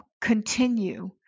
continue